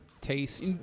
taste